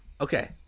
Okay